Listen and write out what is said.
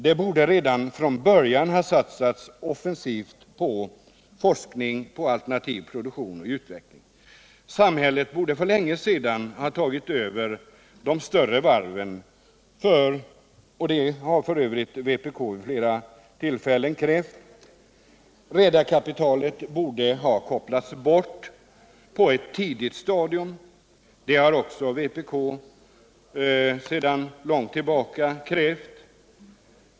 Det borde redan från början ha satsats offensivt på forskning om alternativ produktion och utveckling. Samhället borde för länge sedan ha tagit över de större varven, och det har vpk f. ö. vid flera tillfällen krävt. Redarkapitalet borde ha kopplats bort på ett tidigt stadium, och det har vpk också sedan lång tid tillbaka krävt.